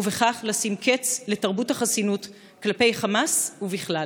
ובכך לשים קץ לתרבות החסינות כלפי חמאס ובכלל.